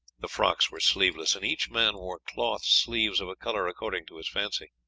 the frocks were sleeveless, and each man wore cloth sleeves of a colour according to his fancy.